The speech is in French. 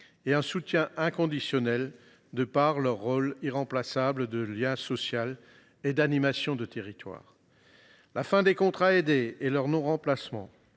et un soutien inconditionnel compte tenu de leur rôle irremplaçable de lien social et d’animation de territoire. La fin des contrats aidés et leur non remplacement,